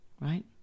right